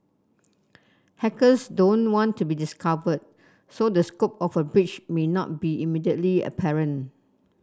hackers don't want to be discovered so the scope of a breach may not be immediately apparent